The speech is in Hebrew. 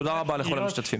תודה רבה לכל המשתתפים.